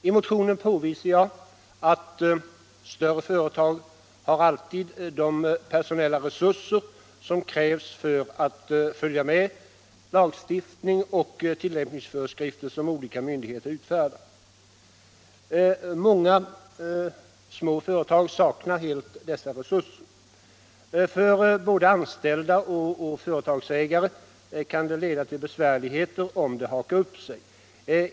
I motionen påvisar jag att större företag alltid har de personella resurser som krävs för att följa med lagstiftningen och de tillämpningsföreskrifter som olika myndigheter utfärdar. Många små företag saknar helt dessa resurser. För både anställda och företagare kan det leda till besvärligheter om det hakar upp sig.